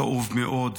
כאוב מאוד,